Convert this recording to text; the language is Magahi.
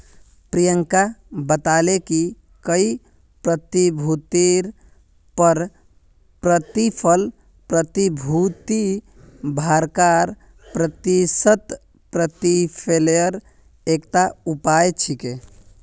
प्रियंका बताले कि कोई प्रतिभूतिर पर प्रतिफल प्रतिभूति धारकक प्रत्याशित प्रतिफलेर एकता उपाय छिके